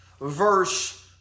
verse